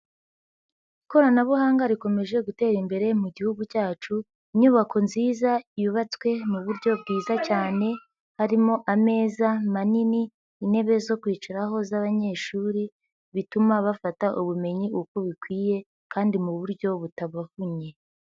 Ikoranabuhanga rikomeje gutera imbere mu Gihugu cyacu, inyubako nziza yubatswe mu buryo bwiza cyane harimo ameza manini, intebe zo kwicaraho z'abanyeshuri, bituma bafata ubumenyi uko bikwiye kandi mu buryo butabavunye.